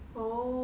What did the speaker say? oo